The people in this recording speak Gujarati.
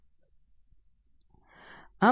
આમ તે